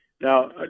Now